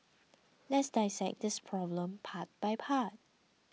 let's dissect this problem part by part